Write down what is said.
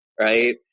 Right